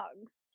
dogs